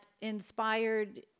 inspired